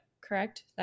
correct